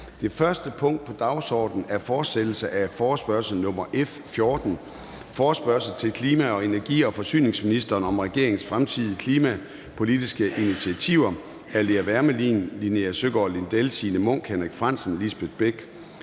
Det første punkt på dagsordenen er: 1) Fortsættelse af forespørgsel nr. F 14 [afstemning]: Forespørgsel til klima-, energi- og forsyningsministeren om regeringens fremtidige klimapolitiske initiativer. Af Lea Wermelin (S), Linea Søgaard-Lidell (V), Signe Munk (SF), Henrik Frandsen (M), Lise Bech